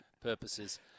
purposes